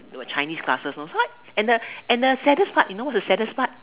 for Chinese classes you know so and the and the saddest part you know what is the saddest part